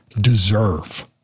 deserve